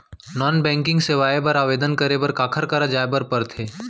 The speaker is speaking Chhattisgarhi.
नॉन बैंकिंग सेवाएं बर आवेदन करे बर काखर करा जाए बर परथे